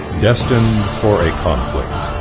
destined for a conflict.